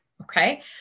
Okay